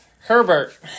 Herbert